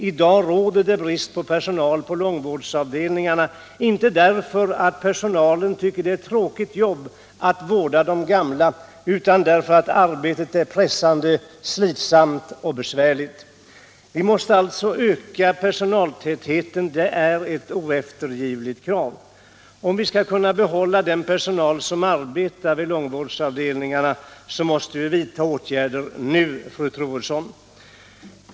I dag råder det brist på personal på långvårdsavdelningarna, inte därför att personalen tycker att det är tråkigt jobb att vårda de gamla utan därför att arbetet är pressande, slitsamt och besvärligt. Vi måste alltså öka personaltätheten. Det är ett oeftergivligt krav. Om vi skall kunna behålla den personal som arbetar vid långvårdsavdelningarna, måste vi vidta åtgärder nu, fru Troedsson.